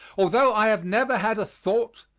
although i have never had a thought,